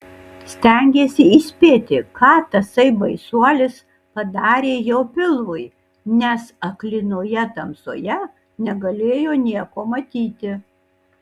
stengėsi įspėti ką tasai baisuolis padarė jo pilvui nes aklinoje tamsoje negalėjo nieko matyti